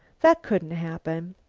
that couldn't happen.